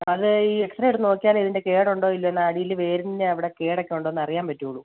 അത് ഈ X ray എടുത്തു നോക്കിയാലേ ഇതിൻ്റെ കേടുണ്ടോ ഇല്ലെയോ എന്ന് അടിയിൽ വേരിൻ്റെ അവിടെ കേടൊക്കെ ഉണ്ടോ എന്ന് അറിയാൻ പറ്റുള്ളൂ